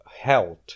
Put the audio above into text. health